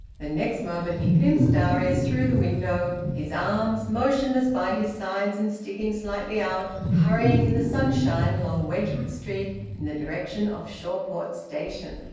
the next moment he glimpsed darius through the window, his arms motionless by his sides and sticking slightly out hurrying in the sunshine along wedgwood street in the direction of shawport station.